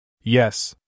Yes